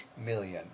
million